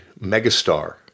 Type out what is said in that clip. megastar